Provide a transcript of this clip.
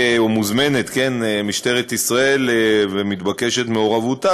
או מוזמנת משטרת ישראל ומתבקשת מעורבותה